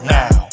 now